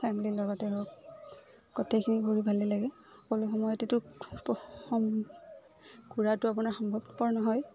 ফেমেলিৰ লগতে হওক গোটেইখিনি ঘূৰি ভালেই লাগে সকলো সময়েতেটো ঘূৰাটো আপোনাৰ সম্ভৱপৰ নহয়